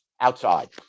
outside